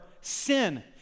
sin